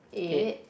eight